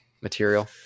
material